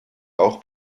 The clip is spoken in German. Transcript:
auch